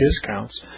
discounts